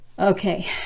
Okay